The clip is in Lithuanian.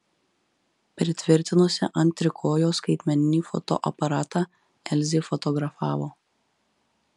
pritvirtinusi ant trikojo skaitmeninį fotoaparatą elzė fotografavo